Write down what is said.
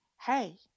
Hey